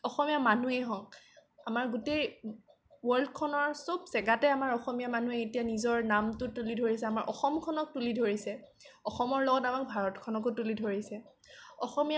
অসমীয়া মানুহেই হওক আমাৰ গোটেই ৱৰ্লডখনৰ চব জেগাতে আমাৰ অসমীয়া মানুহে এতিয়া নিজৰ নামটো তুলি ধৰিছে আমাৰ অসমখনক তুলি ধৰিছে অসমৰ লগত আমাৰ ভাৰতখনকো তুলি ধৰিছে